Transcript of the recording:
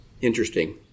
Interesting